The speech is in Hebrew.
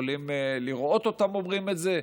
יכולים לראות אותם אומרים את זה?